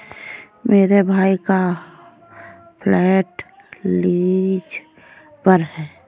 मेरे भाई का फ्लैट लीज पर है